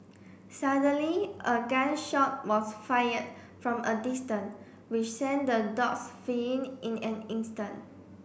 suddenly a gun shot was fired from a distance which sent the dogs fleeing in an instant